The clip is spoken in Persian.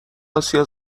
آسیا